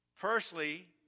personally